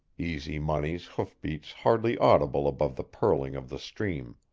easy money's hoofbeats hardly audible above the purling of the stream.